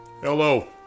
Hello